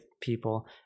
people